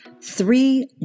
three